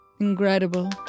incredible